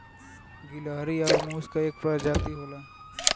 गिलहरी आउर मुस क एक परजाती होला